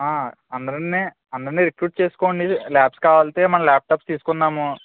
ఆ అందరిని అందరిని రిక్రూట్ చేసుకోండి లాబ్స్ కావాలి అంటే మనం లాప్టాప్ తీసుకుందాము